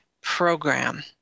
program